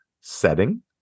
setting